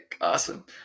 awesome